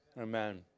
Amen